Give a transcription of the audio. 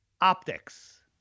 Optics